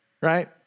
right